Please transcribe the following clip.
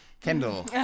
Kendall